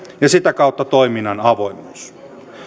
ja sitä kautta toiminnan avoimuus